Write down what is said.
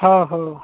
ହଁ ହେଉ